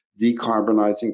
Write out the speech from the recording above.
decarbonizing